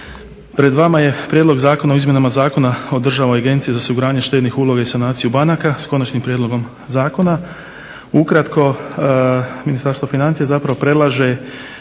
Pred vama je Prijedlog zakona o izmjenama Zakona o Državnoj agenciji za osiguranje štednih uloga i sanaciju banaka s Konačnim prijedlogom zakona. Ukratko, Ministarstvo financija zapravo predlaže